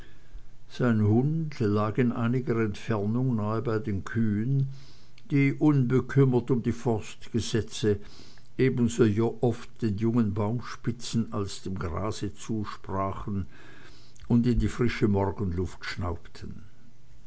sein hund lag in einiger entfernung nah bei den kühen die unbekümmert um die forstgesetze ebenso oft den jungen baumspitzen als dem grase zusprachen und in die frische morgenluft schnaubten